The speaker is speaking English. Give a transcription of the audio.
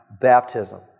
baptism